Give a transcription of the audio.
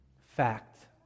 Fact